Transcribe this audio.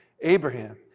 Abraham